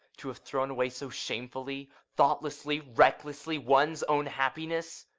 to have thrown away so shamefully, thoughtlessly, recklessly, one's own happiness,